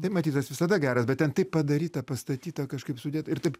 tai matisas visada geras bet ten taip padaryta pastatyta kažkaip sudėta ir taip